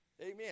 Amen